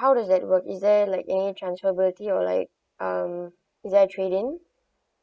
how does that work is there like any transferability or like um is there a trade in